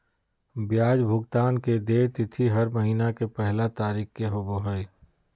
ब्याज भुगतान के देय तिथि हर महीना के पहला तारीख़ के होबो हइ